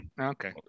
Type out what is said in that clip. Okay